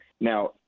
Now